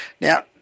Now